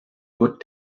good